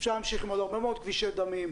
אפשר להמשיך עם עוד הרבה מאוד כבישי דמים,